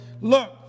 look